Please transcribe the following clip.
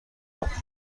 آتیش